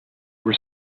were